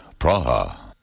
Praha